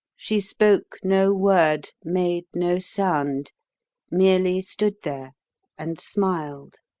she spoke no word, made no sound merely stood there and smiled